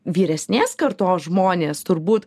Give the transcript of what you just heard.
vyresnės kartos žmonės turbūt